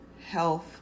health